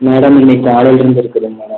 madam இன்னிக்கு காலைலேருந்து இருக்குதுங்க மேடம்